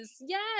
Yes